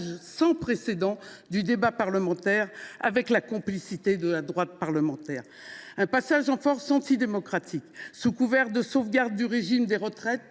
sans précédent du débat parlementaire, avec la complicité de la droite des deux assemblées. C’est un passage en force antidémocratique sous couvert de sauvegarde du régime des retraites